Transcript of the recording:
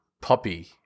puppy